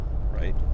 right